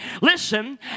listen